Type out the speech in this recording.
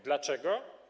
Dlaczego?